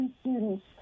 students